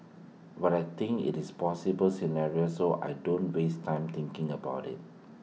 but I think IT is possible scenario so I don't waste time thinking about IT